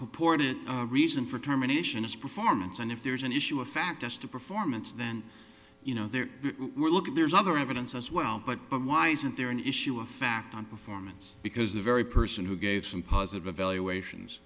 purported reason for terminations performance and if there's an issue of fact as to performance then you know there were look there's other evidence as well but why isn't there an issue of fact on performance because the very person who gave some positive valuations